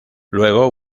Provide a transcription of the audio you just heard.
luego